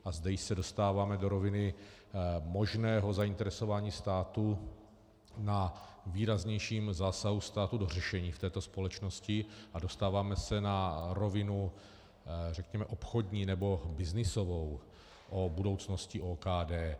A zde se dostáváme do roviny možného zainteresování státu na výraznějším zásahu státu do řešení v této společnosti a dostáváme se na rovinu, řekněme, obchodní nebo byznysovou o budoucnosti OKD.